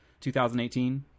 2018